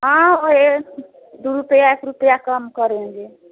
हाँ उहे दु रुपया एक रुपया कम करेंगे